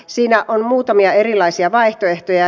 tällä on muutamia erilaisia vaihtoehtoja